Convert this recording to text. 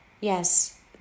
yes